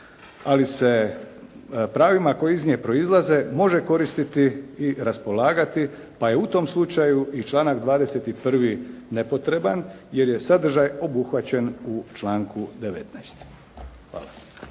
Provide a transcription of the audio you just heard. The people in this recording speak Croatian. ali se pravima koja iz nje proizlaze može koristiti i raspolagati pa je u tom slučaju i članak 21. nepotreban jer je sadržaj obuhvaćen u članku 19. Hvala.